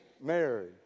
Mary